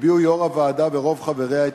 הביעו יושב-ראש הוועדה ורוב חבריה את